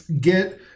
get